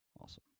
Awesome